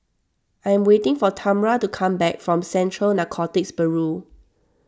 I am waiting for Tamra to come back from Central Narcotics Bureau